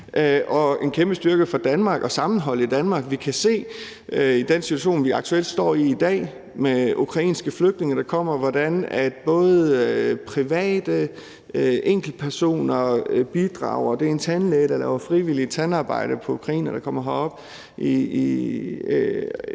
og en kæmpe styrke for Danmark og sammenholdet i Danmark. Vi kan se i den situation, vi aktuelt står i i dag – med ukrainske flygtninge, der kommer – hvordan private og enkeltpersoner bidrager. Det er en tandlæge, der laver frivilligt tandarbejde på ukrainere, der kommer herop. Det er